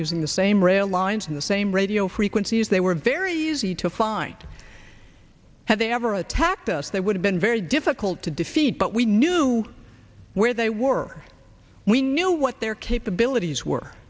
using the same rail lines in the same radio frequencies they were very easy to find had they ever attacked us they would have been very difficult to defeat but we knew where they were we knew what their capabilities were